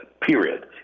Period